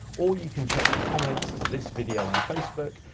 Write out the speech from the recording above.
or you can check the comments to this video on facebook,